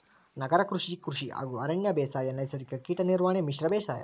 ನಗರ ಕೃಷಿ, ಕೃಷಿ ಹಾಗೂ ಅರಣ್ಯ ಬೇಸಾಯ, ನೈಸರ್ಗಿಕ ಕೇಟ ನಿರ್ವಹಣೆ, ಮಿಶ್ರ ಬೇಸಾಯ